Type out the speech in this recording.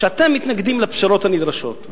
שאתם מתנגדים לפשרות הנדרשות,